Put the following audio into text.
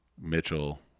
Mitchell